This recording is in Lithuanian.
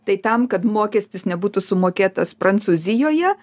tai tam kad mokestis nebūtų sumokėtas prancūzijoje